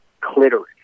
Clitoris